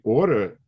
order